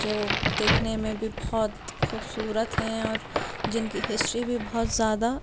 جو وہ دیکھنے میں بھی بہت خوبصورت ہیں اور جن کی ہسٹری بھی بہت زیادہ